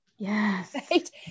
Yes